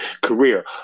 career